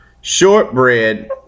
shortbread